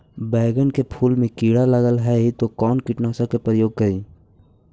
बैगन के फुल मे कीड़ा लगल है तो कौन कीटनाशक के प्रयोग करि?